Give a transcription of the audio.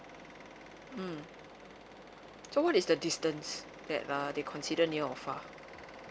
mm so what is the distance that uh they considered near or far